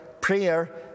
prayer